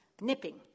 nipping